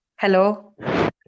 hello